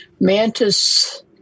mantis